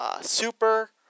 super